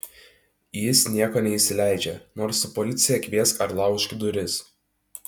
jis nieko neįsileidžia nors tu policiją kviesk ar laužk duris